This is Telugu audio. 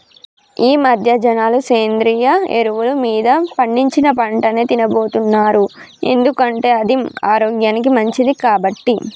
ఈమధ్య జనాలు సేంద్రియ ఎరువులు మీద పండించిన పంటనే తిన్నబోతున్నారు ఎందుకంటే అది ఆరోగ్యానికి మంచిది కాబట్టి